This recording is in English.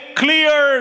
clear